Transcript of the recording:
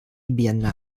vietnam